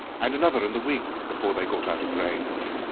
and another in the wing, before they got out of range.